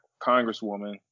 congresswoman